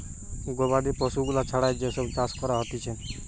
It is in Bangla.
গবাদি পশু গুলা ছাড়া যেই সব চাষ করা হতিছে